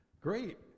Great